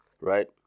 right